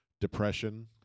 depression